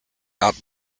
out